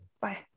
Bye